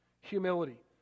Humility